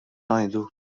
ngħidu